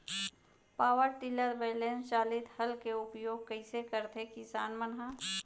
Power tiller बैलेंस चालित हल के उपयोग कइसे करथें किसान मन ह?